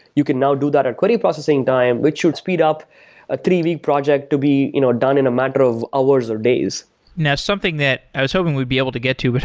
you can now do that at query processing time, which would speed up a three-week project to be you know done in a matter of hours or days now something that i was hoping we'd be able to get to, but